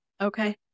Okay